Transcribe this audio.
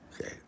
Okay